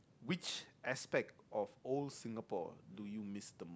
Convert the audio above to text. which aspect of old Singapore do you miss the